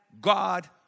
God